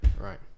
right